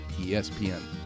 ESPN